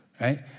right